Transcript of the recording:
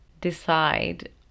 decide